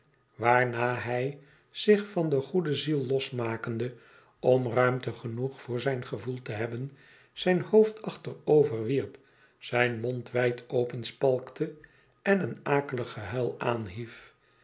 waarna hij zich van de goede ziel losmakende om ruimte genoeg voor zijn gevoel te hebben zijn hoofd achteroverwierp zijn mond wijd openspalkte en een akelig gehuil aanhief